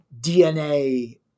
DNA